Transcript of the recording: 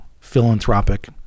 philanthropic